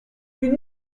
monde